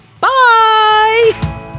Bye